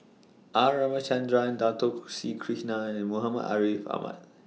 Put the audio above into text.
R Ramachandran Dato Sri Krishna and Muhammad Ariff Ahmad